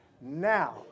Now